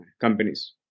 companies